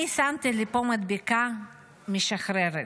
אני שמתי לי פה מדבקה "משחררת".